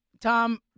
Tom